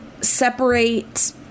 separate